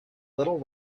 little